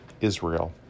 Israel